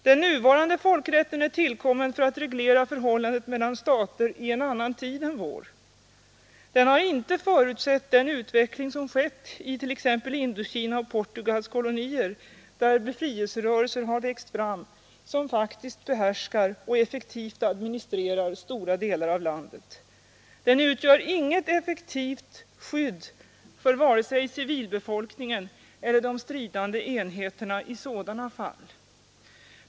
Den nuvarande folkrätten är tillkommen för att reglera förhållandet mellan stater i en annan tid än vår. Den har inte förutsett den utveckling som skett i t.ex. Indokina och Portugals kolonier, där befrielserörelser växt fram som faktiskt behärskar och effektivt administrerar stora delar av landet. Den utgör inget effektivt skydd för vare sig civilbefolkningen eller de stridande enheterna i sådana fall.